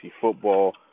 football